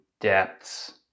depths